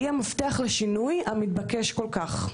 היא המפתח לשינוי המתבקש כל-כך.